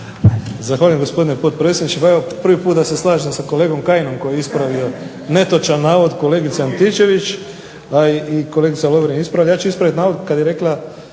Zahvaljujem gospodine potpredsjedniče. Pa evo prvi puta da se slažem s kolegom Kajinom koji je ispravio netočan navod kolegice Antičević, a i kolegica Lovrin je ispravila.